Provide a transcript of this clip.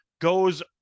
goes